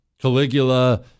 Caligula